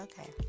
okay